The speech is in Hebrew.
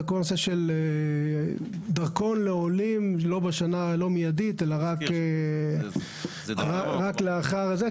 זה כל הנושא של דרכון לעולים לא מיידית אלא רק לאחר ---.